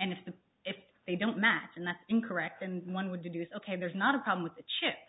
and if the if they don't match and that's incorrect and one would deduce ok there's not a problem with th